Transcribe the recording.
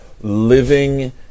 living